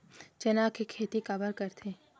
चना के खेती काबर करे जाथे?